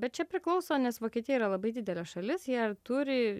bet čia priklauso nes vokietija yra labai didelė šalis jie ir turi